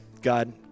God